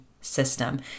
system